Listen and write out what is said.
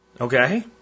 okay